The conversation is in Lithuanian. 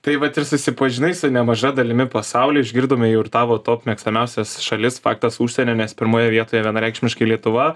tai vat ir susipažinai su nemaža dalimi pasaulio išgirdome jau ir tavo top mėgstamiausias šalis faktas užsienio nes pirmoje vietoje vienareikšmiškai lietuva